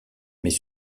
mais